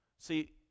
See